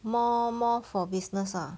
more more for business lah